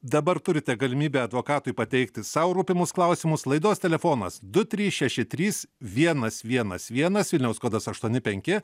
dabar turite galimybę advokatui pateikti sau rūpimus klausimus laidos telefonas du trys šeši trys vienas vienas vienas vilniaus kodas aštuoni penki